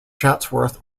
chatsworth